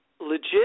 legit